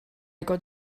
got